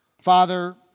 Father